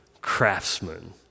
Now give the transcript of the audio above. craftsman